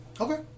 Okay